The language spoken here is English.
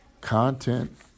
content